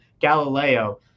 Galileo